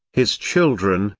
his children,